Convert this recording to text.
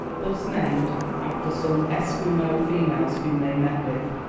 thus named after some esquimaux females whom they met with.